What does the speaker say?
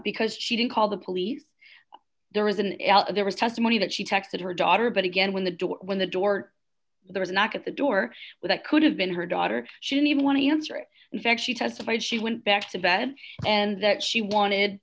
because she didn't call the police there was an there was testimony that she texted her daughter but again when the door when the door there was a knock at the door with it could have been her daughter she didn't even want to answer it in fact she testified she went back to bed and that she wanted